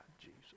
Jesus